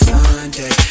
Sunday